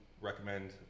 recommend